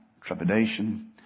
trepidation